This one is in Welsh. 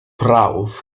prawf